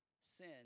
sin